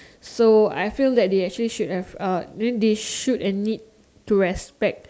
so I feel that they actually should have uh then they should and need to respect